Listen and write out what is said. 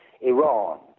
Iran